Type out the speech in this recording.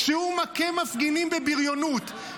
כשהוא מכה מפגינים בבריונות.